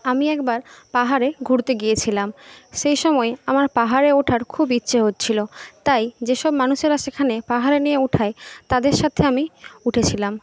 আমি একবার পাহাড়ে ঘুরতে গিয়েছিলাম সেই সময় আমার পাহাড়ে ওঠার খুব ইচ্ছে হচ্ছিল তাই যেসব মানুষেরা সেখানে পাহাড়ে নিয়ে ওঠায় তাদের সাথে আমি উঠেছিলাম